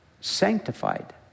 sanctified